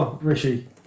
Rishi